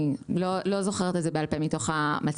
אני לא זוכרת את זה בעל פה מתוך המצגת.